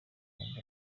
hanze